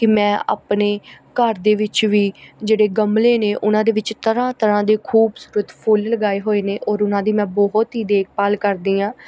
ਕਿ ਮੈਂ ਆਪਣੇ ਘਰ ਦੇ ਵਿੱਚ ਵੀ ਜਿਹੜੇ ਗਮਲੇ ਨੇ ਉਹਨਾਂ ਦੇ ਵਿੱਚ ਤਰ੍ਹਾਂ ਤਰ੍ਹਾਂ ਦੇ ਖੂਬਸੂਰਤ ਫੁੱਲ ਲਗਾਏ ਹੋਏ ਨੇ ਔਰ ਉਹਨਾਂ ਦੀ ਮੈਂ ਬਹੁਤ ਹੀ ਦੇਖਭਾਲ ਕਰਦੀ ਹਾਂ